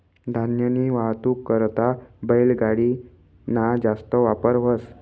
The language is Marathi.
धान्यनी वाहतूक करता बैलगाडी ना जास्त वापर व्हस